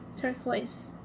Turquoise